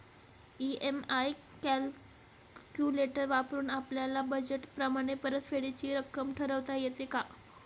EMI calculator वापरून आपापल्या budget प्रमाणे परतफेडीची रक्कम ठरवता येते का?